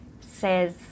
says